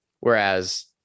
Whereas